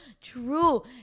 true